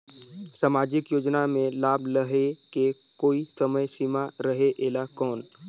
समाजिक योजना मे लाभ लहे के कोई समय सीमा रहे एला कौन?